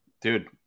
Dude